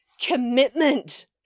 commitment